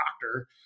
doctor